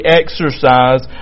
exercise